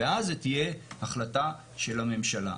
ואז זו תהיה החלטה של הממשלה.